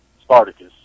Spartacus